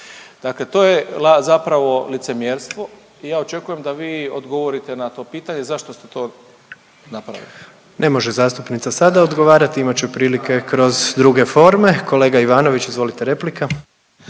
Dakle to je zapravo licemjerstvo i ja očekujem da vi odgovorite na to pitanje, zašto ste to napravili? **Jandroković, Gordan (HDZ)** Ne može zastupnica sada odgovarati, imat će prilike kroz druge forme. Kolega Ivanović izvolite replika.